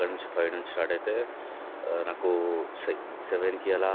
ఇక్కడి నుంచి ఫైవ్ నుంచి స్టార్ట్ అయితే నాకు సెవెన్కి అలా